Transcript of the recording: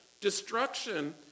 destruction